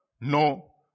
No